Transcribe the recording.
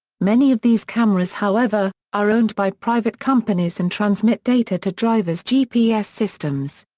many of these cameras however, are owned by private companies and transmit data to drivers' gps systems.